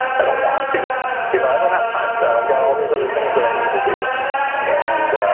i don't want to you know i don't have times that i've got all these other things that i need to do and